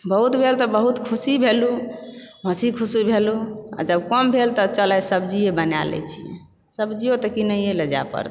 बहुत भेल तऽ बहुत खुशी भेलु हँसी खुशी भेलु जब कम भेल तऽ चल आइ सब्जिए बना लय छी सब्जियोंतऽ किनइए लऽ जाय पड़त